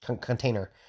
container